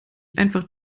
einfach